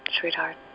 sweetheart